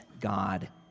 God